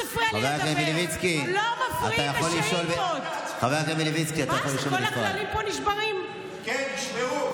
אתה לא מכיר את הכללים בכנסת.